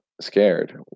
scared